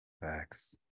Facts